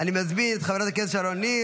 חוק ומשפט לצורך הכנתה